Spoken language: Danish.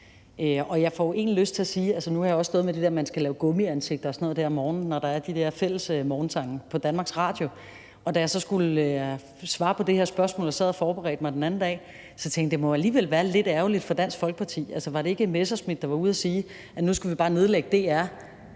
har jeg også stået og set det der med, at man skal lave gummiansigter og sådan noget om morgenen, når der er de der fælles morgensange på Danmarks Radio. Og da jeg så skulle svare på det her spørgsmål og sad og forberedte mig den anden dag, tænkte jeg: Det må jo alligevel være lidt ærgerligt for Dansk Folkeparti: Altså, var det ikke Morten Messerschmidt, der var ude og sige, at nu skulle vi bare nedlægge DR?